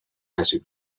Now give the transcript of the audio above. leisure